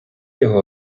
його